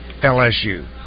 LSU